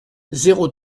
zéro